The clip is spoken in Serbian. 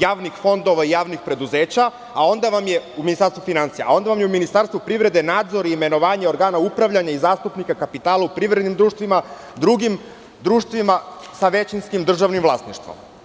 javnih fondova i javnih preduzeća, a onda vam je u Ministarstvu privrede nadzor i imenovanje organa upravljanja i zastupnika kapitala u privrednim društvima, drugim društvima sa većinskim državnim vlasništvom.